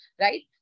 right